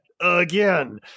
again